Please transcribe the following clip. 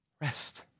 Rest